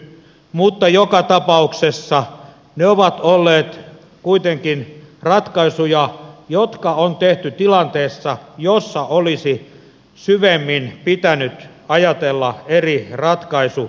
mutta joka tapauksessa ne ovat olleet kuitenkin ratkaisuja jotka on tehty tilanteessa jossa olisi syvemmin pitänyt ajatella eri ratkaisuvaihtoehtoja